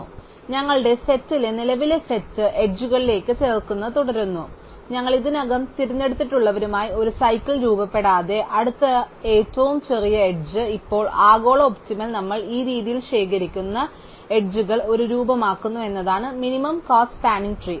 അതിനാൽ ഞങ്ങളുടെ സെറ്റിലെ നിലവിലെ സെറ്റ് എഡ്ജുകൾലേക്ക് ഞങ്ങൾ ചേർക്കുന്നത് തുടരുന്നു ഞങ്ങൾ ഇതിനകം തിരഞ്ഞെടുത്തിട്ടുള്ളവരുമായി ഒരു സൈക്കിൾ രൂപപ്പെടാത്ത അടുത്ത ഏറ്റവും ചെറിയ എഡ്ജ് ഇപ്പോൾ ആഗോള ഒപ്റ്റിമൽ നമ്മൾ ഈ രീതിയിൽ ശേഖരിക്കുന്ന എഡ്ജുകൾ ഒരു രൂപമാക്കുന്നു എന്നതാണ് മിനിമം കോസ്റ്റ സ്പാനിങ് ട്രീ